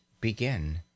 begin